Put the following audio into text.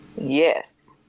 Yes